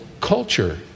culture